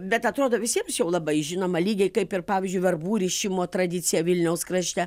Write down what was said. bet atrodo visiems jau labai žinoma lygiai kaip ir pavyzdžiui verbų rišimo tradicija vilniaus krašte